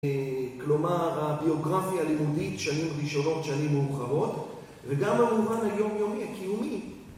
כלומר, הביוגרפיה הלימודית שנים ראשונות, שנים מאוחרות וגם במובן היומיומי הקיומי...